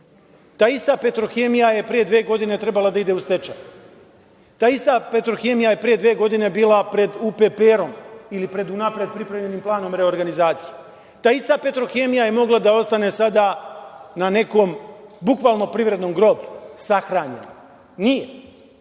ta ista Petrohemija je pre dve godine trebalo da ide u stečaj. Ta ista Petrohemija je pre dve godine bila pred UPPR ili pred unapred pripremljenim planom reorganizacije. Ta ista Petrohemija je mogla da ostane sada na nekom bukvalno privrednom groblju, sahranjena. Nije,